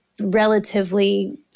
relatively